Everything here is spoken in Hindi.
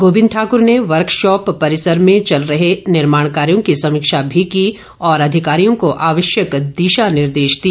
गोविंद ठाक्र ने वर्कशॉप परिसर में चल रहे निर्माण कार्यो की समीक्षा भी की और अधिकारियों को आवश्यक दिशा निर्देश दिए